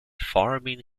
farming